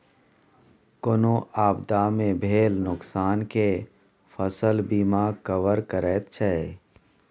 कोनो आपदा मे भेल नोकसान केँ फसल बीमा कवर करैत छै